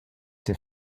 der